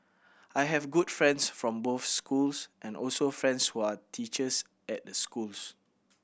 I have good friends from both schools and also friends who are teachers at the schools